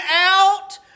out